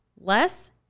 less